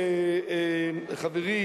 חברי,